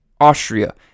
Austria